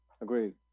Agreed